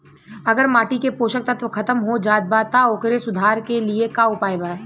अगर माटी के पोषक तत्व खत्म हो जात बा त ओकरे सुधार के लिए का उपाय बा?